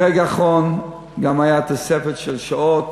ברגע האחרון גם הייתה תוספת של שעות.